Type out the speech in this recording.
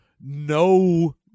no